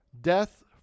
death